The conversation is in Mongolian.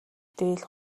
дээл